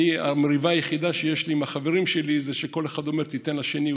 המריבה היחידה שיש לי עם החברים שלי זה שכל אחד אומר: תיתן לשני,